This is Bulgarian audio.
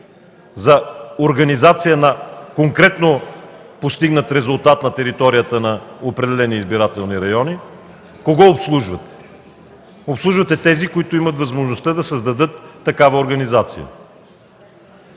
за организация на конкретно постигнат резултат на територията на определени избирателни райони? Кого обслужвате? Обслужвате тези, които имат възможността да създадат такава организация.